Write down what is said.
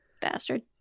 Bastard